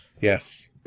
yes